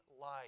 life